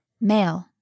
male